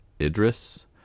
Idris